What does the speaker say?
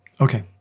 Okay